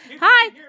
hi